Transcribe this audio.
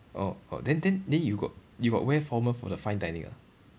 oh oh then then then you got you got wear formal for the fine dining or not